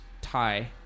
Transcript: tie